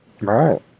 Right